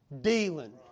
dealing